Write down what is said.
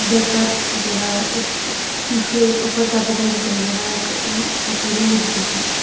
better जेह्ड़ा ऐ एह् P C I per capita income जेह्ड़ा ऐ इक ताकि उ'नें गी मिली सकै